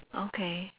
okay